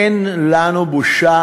אין לנו בושה?